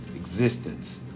existence